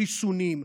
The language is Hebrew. חיסונים,